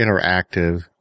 interactive